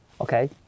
Okay